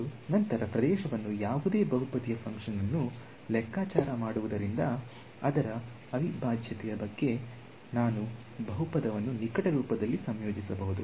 ಮತ್ತು ನಂತರ ಪ್ರದೇಶವನ್ನು ಯಾವುದೇ ಬಹುಪದೀಯ ಫಂಕ್ಷನ್ ಆನ್ನು ಲೆಕ್ಕಾಚಾರ ಮಾಡುವುದರಿಂದ ಅದರ ಅವಿಭಾಜ್ಯತೆಯ ಬಗ್ಗೆ ನಾನು ಬಹುಪದವನ್ನು ನಿಕಟ ರೂಪದಲ್ಲಿ ಸಂಯೋಜಿಸಬಹುದು